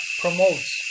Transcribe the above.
promotes